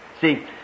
See